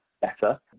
better